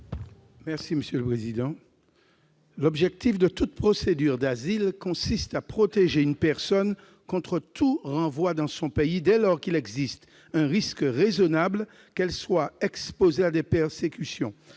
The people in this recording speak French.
L'objectif de toute procédure d'asile consiste à protéger une personne contre tout renvoi dans son pays, dès lors qu'il existe un risque raisonnable qu'elle soit exposée à des persécutions.